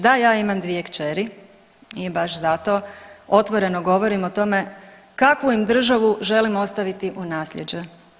Da, ja imam dvije kćeri i baš zato otvoreno govorim o tome kakvu im državu želim ostaviti u nasljeđe.